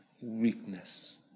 weakness